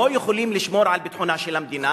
לא יכולים לשמור על ביטחונה של המדינה,